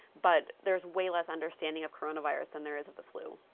but there's way less understanding of coronavirus than there is of the flu.